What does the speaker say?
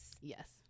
yes